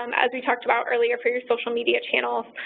um as we talked about earlier, for your social media channels.